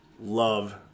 love